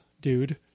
dude